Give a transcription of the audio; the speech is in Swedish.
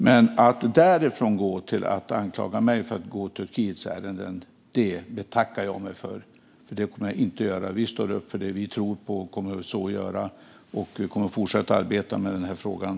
Men att anklaga mig för att gå Turkiets ärenden betackar jag mig för. Vi står upp för det vi tror på. Det kommer vi att fortsätta göra. Vi kommer att fortsätta arbeta med den här frågan.